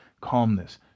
calmness